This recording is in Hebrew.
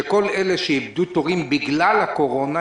שכל אלה שאיבדו תורים בגלל הקורונה,